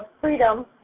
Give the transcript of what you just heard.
freedom